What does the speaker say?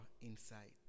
insight